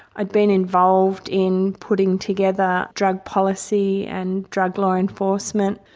i had been involved in putting together drug policy and drug law enforcement.